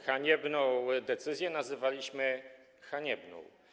Haniebną decyzję nazywaliśmy haniebną.